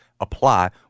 apply